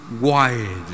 wide